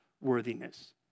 worthiness